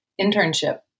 internship